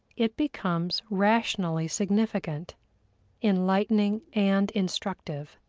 it becomes rationally significant enlightening and instructive.